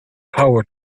power